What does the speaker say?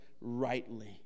rightly